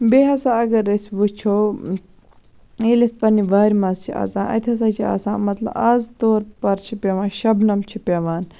بیٚیہِ ہَسا اَگَر أسۍ وٕچھو ییٚلہِ أسۍ پَننہِ وارِ مَنٛز چھِ اَژان اَتہِ چھِ آسان مَطلب آز طور پر چھِ پیٚوان شَبنَم چھ پیٚوان